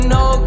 no